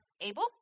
able